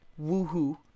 Woohoo